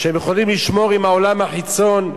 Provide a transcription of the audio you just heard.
שהם יכולים לשמור עם העולם החיצון,